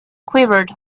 quivered